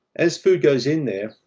as food goes in there,